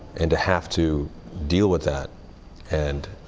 and to have to deal with that and